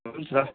हुन्छ